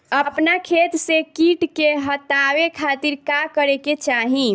अपना खेत से कीट के हतावे खातिर का करे के चाही?